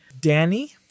Danny